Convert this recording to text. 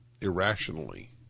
irrationally